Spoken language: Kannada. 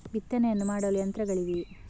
ಬಿತ್ತನೆಯನ್ನು ಮಾಡಲು ಯಂತ್ರಗಳಿವೆಯೇ?